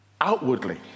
outwardly